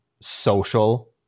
social